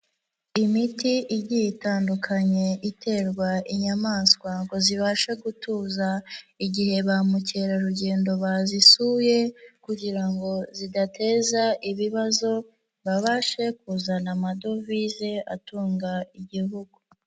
Imiti igiye itandukanye iterwa inyamaswa ngo zibashe gutuza, igihe ba mukerarugendo bazisuye kugira ngo zidateza ibibazo, babashe kuzana amadovize atunga Igihugu.